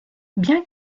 bien